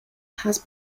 has